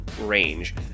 range